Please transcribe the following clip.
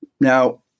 Now